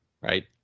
right